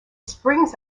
springs